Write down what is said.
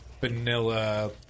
vanilla